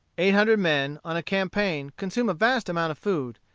eight hundred men, on a campaign, consume a vast amount of food.